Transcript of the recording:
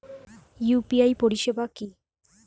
UPI পরিসেবা কি?